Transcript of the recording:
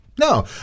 No